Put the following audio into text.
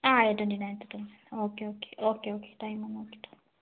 ആ ട്വൻറ്റി നയൻത്തിന് okay okay okay okay time നോക്കിട്ട്